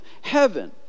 heaven